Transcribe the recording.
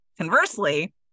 conversely